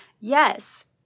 yes